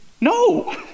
No